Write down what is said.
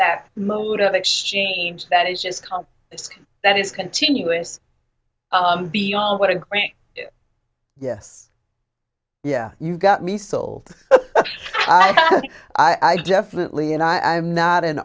that moment of exchange that is just that is continuous beyond what a great yes yeah you got me sold i definitely and i am not an